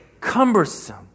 cumbersome